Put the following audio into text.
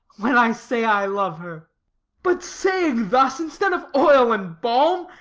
when i say i love her but, saying thus, instead of oil and balm,